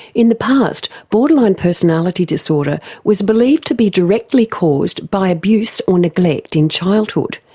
in the past, borderline personality disorder was believed to be directly caused by abuse or neglect in childhood,